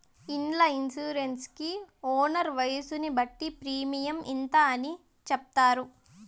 ఇండ్ల ఇన్సూరెన్స్ కి ఓనర్ వయసును బట్టి ప్రీమియం ఇంత అని చెప్తారు